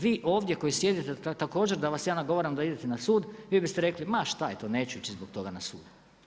Vi ovdje koji sjedite, također da vas ja nagovaram da idete na sud, vi biste rekli, ma šta je to, neću ići zbog toga na sud.